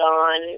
on